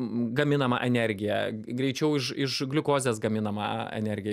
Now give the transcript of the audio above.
gaminama energija greičiau iš iš gliukozės gaminama energija